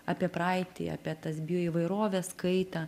apie praeitį apie tas bioįvairovės kaitą